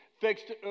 fixed